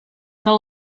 que